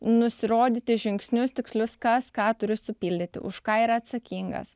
nusirodyti žingsnius tikslius kas ką turi supildyti už ką yra atsakingas